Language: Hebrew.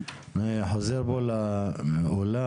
אני חוזר פה לאולם.